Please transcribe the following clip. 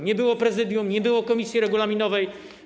Nie było Prezydium, nie było komisji regulaminowej.